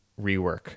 rework